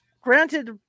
granted